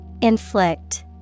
Inflict